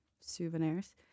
souvenirs